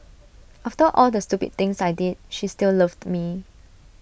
after all the stupid things I did she still loved me